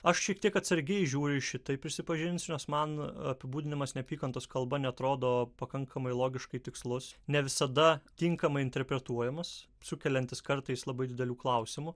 aš šiek tiek atsargiai žiūriu į šitai prisipažinsiu man apibūdinimas neapykantos kalba neatrodo pakankamai logiškai tikslus ne visada tinkamai interpretuojamas sukeliantis kartais labai didelių klausimų